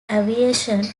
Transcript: aviation